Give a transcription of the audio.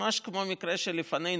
ממש כמו המקרה שלפנינו,